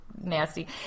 Nasty